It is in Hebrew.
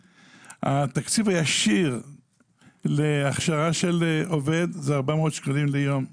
התקציב הישיר להכשרה של עובד זה 400 שקלים ליום.